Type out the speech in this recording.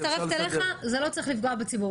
אני מצטרפת אליך - זה לא צריך לפגוע בציבור.